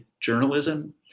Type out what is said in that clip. journalism